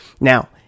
Now